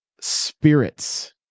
spirits